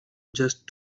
just